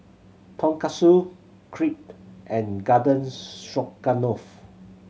Tonkatsu Crepe and Garden Stroganoff